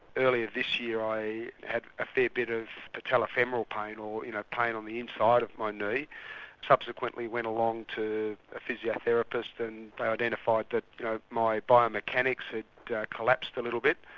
earlier this year i had a fair bit of patella femoral pain or you know pain on the inside of my knee and subsequently went along to a physiotherapist and they identified that my bio-mechanics had collapsed a little bit,